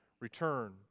return